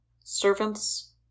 servants